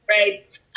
Right